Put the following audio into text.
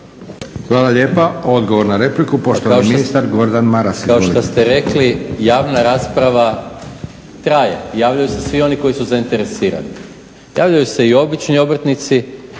Hvala lijepa. Odgovor na repliku, poštovani ministar Gordan Maras. Izvolite. **Maras, Gordan (SDP)** Kao što ste rekli, javna rasprava traje i javljaju se svi oni koji su zainteresirani. Javljaju se i obični obrtnici